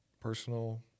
personal